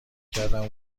کردم